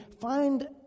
Find